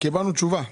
קיבלנו תשובה.